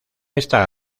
esta